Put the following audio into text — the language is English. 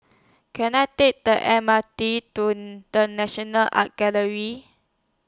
Can I Take The M R T to The National Art Gallery